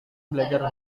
belajar